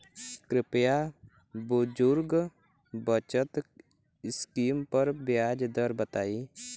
कृपया बुजुर्ग बचत स्किम पर ब्याज दर बताई